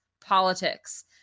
politics